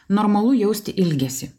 normalu jausti ilgesį